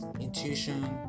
intuition